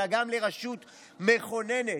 אלא גם לרשות מכוננת,